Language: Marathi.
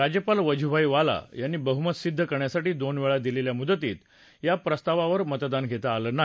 राज्यपाल वजुभाई वाला यांनी बहुमत सिद्ध करण्यासाठी दोन वेळा दिलेल्या मुदतीत या प्रस्तावावर मतदान घेता आलेलं नाही